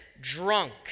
drunk